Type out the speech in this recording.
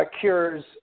cures